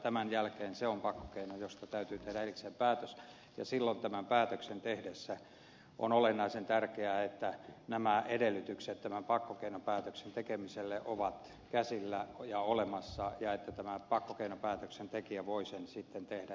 tämän jälkeen se on pakkokeino josta täytyy tehdä erikseen päätös ja silloin tätä päätöstä tehtäessä on olennaisen tärkeää että edellytykset pakkokeinopäätöksen tekemiselle ovat käsillä ja olemassa ja että pakkokeinopäätöksen tekijä voi sen sitten tehdä